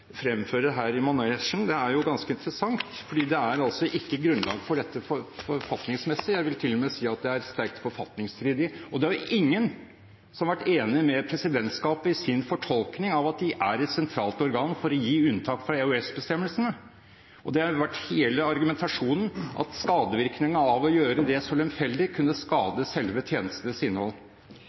fremfører her i manesjen, er ganske interessant, for det er ikke grunnlag for det forfatningsmessig. Jeg vil til og med si at det er sterkt forfatningsstridig. Og det er ingen som har vært enig med presidentskapet i deres fortolkning av at de er et sentralt organ for å gi unntak fra EOS-bestemmelsene. Det har vært hele argumentasjonen – at skadevirkningene av å gjøre det så lemfeldig kunne skade selve tjenestenes innhold.